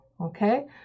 okay